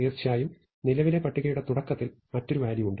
തീർച്ചയായും നിലവിലെ പട്ടികയുടെ തുടക്കത്തിൽ മറ്റൊരു വാല്യൂ ഉണ്ട്